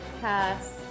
cast